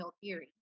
theory